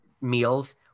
meals